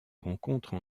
rencontre